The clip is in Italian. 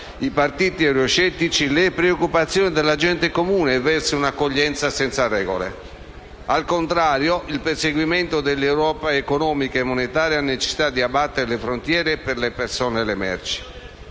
i partiti euroscettici, le preoccupazioni della gente comune verso un'accoglienza senza regole. Al contrario, il perseguimento della Europa economica e monetaria ha necessità di abbattere le frontiere per le persone e le merci.